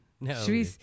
No